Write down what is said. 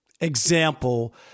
example